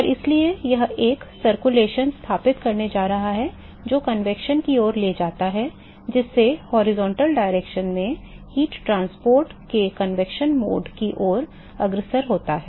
और इसलिए यह एक संचलन स्थापित करने जा रहा है जो संवहन की ओर ले जाता है जिससे क्षैतिज दिशा में ऊष्मा परिवहन के संवहन मोड की ओर अग्रसर होता है